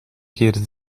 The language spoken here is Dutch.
keer